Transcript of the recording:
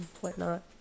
whatnot